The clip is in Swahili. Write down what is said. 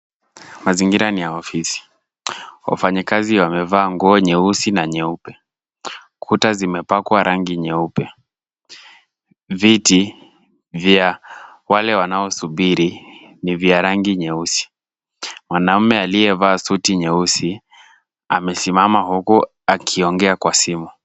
Mazingira ni ya ofisi. Wafanyikazi wamevaa nguo nyeusi na nyeupe. Kuta zimepakwa rangi nyeupe. Viti vya wale wanaosubiri ni vya rangi nyeusi. Mwanamme aliyevaa suti nyeusi amesimama huku akiongea kwa simu.